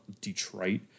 Detroit